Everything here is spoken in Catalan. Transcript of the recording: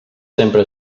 sempre